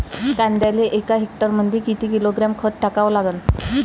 कांद्याले एका हेक्टरमंदी किती किलोग्रॅम खत टाकावं लागन?